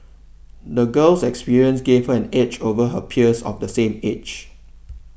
the girl's experiences gave her an edge over her peers of the same age